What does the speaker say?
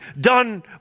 done